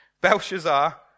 Belshazzar